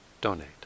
donate